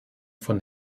von